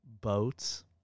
boats